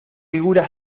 figura